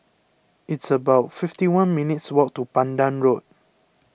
it's about fifty one minutes' walk to Pandan Road